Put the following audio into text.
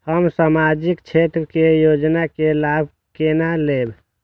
हम सामाजिक क्षेत्र के योजना के लाभ केना लेब?